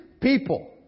people